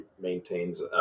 maintains